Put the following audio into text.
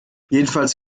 jedenfalls